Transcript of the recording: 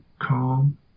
calm